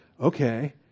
Okay